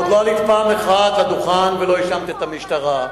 עוד לא עלית פעם אחת לדוכן ולא האשמת את המשטרה.